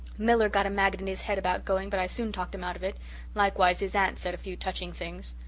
miller got a maggot in his head about going but i soon talked him out of it likewise his aunt said a few touching things.